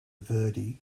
verdi